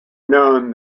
known